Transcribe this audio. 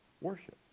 worship